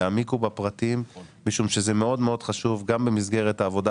יעמיקו בפרטים משום שזה מאוד מאוד חשוב גם במסגרת העבודה